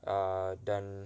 err dan